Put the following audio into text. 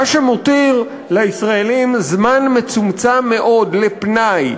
מה שמותיר לישראלים זמן מצומצם מאוד לפנאי,